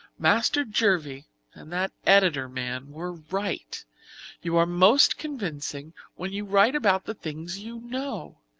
master jervie and that editor man were right you are most convincing when you write about the things you know.